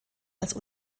als